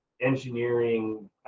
engineering